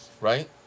right